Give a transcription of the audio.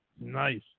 Nice